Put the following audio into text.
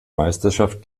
meisterschaft